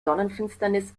sonnenfinsternis